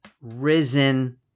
risen